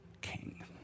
king